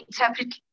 interpret